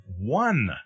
one